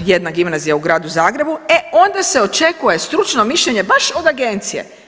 jedna gimnazija u gradu Zagrebu, e onda se očekuje stručno mišljenje baš od agencije.